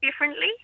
differently